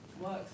works